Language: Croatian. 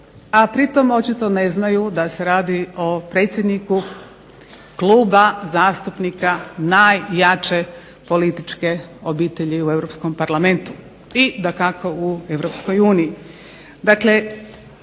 a pri tome očito ne znaju da se radi o predsjedniku Kluba zastupnika najjače političke obitelji u europskom parlamentu i dakako u europskoj uniji.